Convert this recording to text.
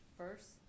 First